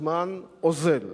הזמן אוזל,